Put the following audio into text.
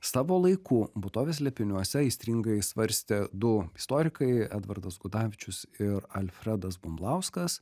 savo laiku būtovės slėpiniuose aistringai svarstė du istorikai edvardas gudavičius ir alfredas bumblauskas